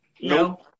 no